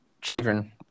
children